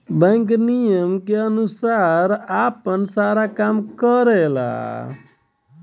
bank नियम के अनुसार आपन सारा काम करला